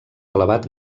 elevat